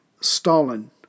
Stalin